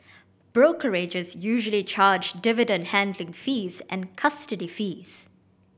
brokerages usually charge dividend handling fees and custody fees